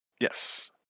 Yes